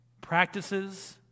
practices